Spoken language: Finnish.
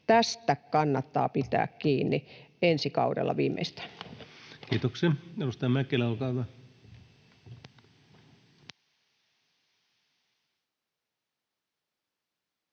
Tästä kannattaa pitää kiinni, ensi kaudella viimeistään. Kiitoksia. — Edustaja Mäkelä, olkaa hyvä.